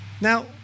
Now